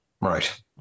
Right